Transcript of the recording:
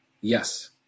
Yes